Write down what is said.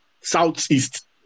southeast